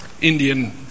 Indian